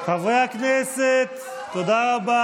עבריינים יבחרו, חברי הכנסת, תודה רבה.